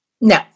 No